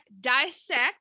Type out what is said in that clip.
dissect